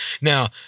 now